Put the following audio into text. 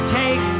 take